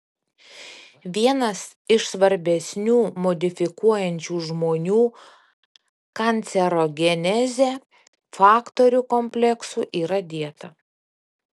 vienas iš svarbesnių modifikuojančių žmonių kancerogenezę faktorių kompleksų yra dieta